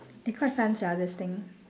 eh quite fun sia this thing